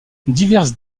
diverses